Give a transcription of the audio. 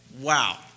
wow